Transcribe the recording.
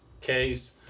case